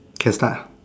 can start